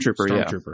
Stormtrooper